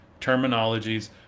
terminologies